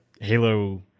Halo